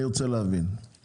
אני רוצה להבין את הבעיה.